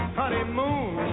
honeymoon